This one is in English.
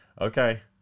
okay